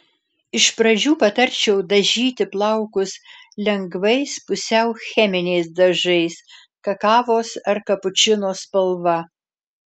iš pradžių patarčiau dažyti plaukus lengvais pusiau cheminiais dažais kakavos ar kapučino spalva